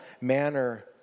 manner